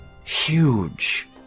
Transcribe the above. huge